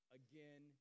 again